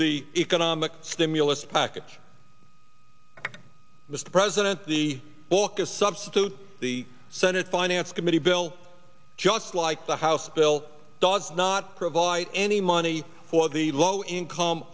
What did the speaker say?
the economic stimulus package mr president the book is substitute the senate finance committee bill just like the house bill does not provide any money for the low income